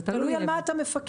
תלוי על מה אתה מפקח.